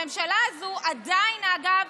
הממשלה הזו עדיין, אגב,